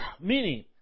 meaning